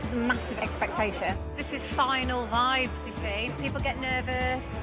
massive expectations. this is final vibes, you see. people get nervous.